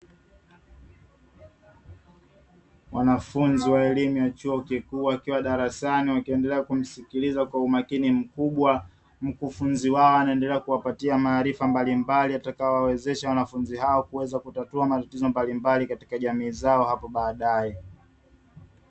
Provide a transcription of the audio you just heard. Wanafunzi wa elimu ya chuo kikuu wakiwa darasani wakiendelea kumsikiliza kwa umakini mkubwa, mkufunzi wao anaendelea kuwapatia maarifa mbalimbali yatakayo wawezesha wanafunzi hao kuweza kutatua matatizo mbalimbali katika jamii zao hapo baadae.